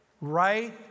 right